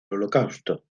holocausto